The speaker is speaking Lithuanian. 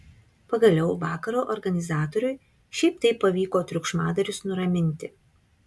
pagaliau vakaro organizatoriui šiaip taip pavyko triukšmadarius nuraminti